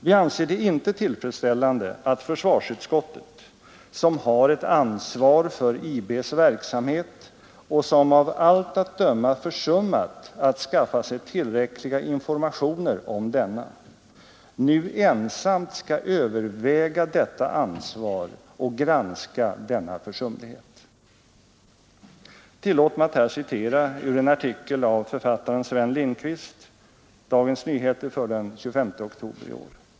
Vi anser det inte tillfredsställande att försvarsutskottet, som har ett ansvar för IB:s verksamhet och som av allt att döma försummat att skaffa sig tillräckliga informationer om denna, nu ensamt skall överväga detta ansvar och granska denna försumlighet. Tillåt mig att här citera ur en artikel av författaren Sven Lindqvist i Dagens Nyheter den 25 oktober i år.